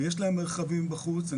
יש להם מרחבים בחוץ.